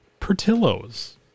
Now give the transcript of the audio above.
Pertillo's